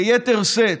ביתר שאת,